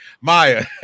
maya